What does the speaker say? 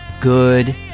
good